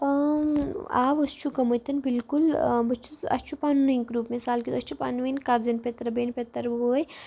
آو أسۍ چھِ گٔمٕتۍ بلکُل بہٕ چھُس اَسہِ چھُ پَنٛنٕے گرُپ مِثال کہِ أسۍ چھِ پَنہٕ ؤنۍ کَزٕن پِتر بیٚنہِ پتٕر بٲے